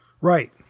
Right